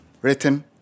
written